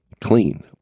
clean